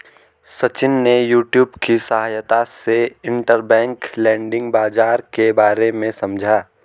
सचिन ने यूट्यूब की सहायता से इंटरबैंक लैंडिंग बाजार के बारे में समझा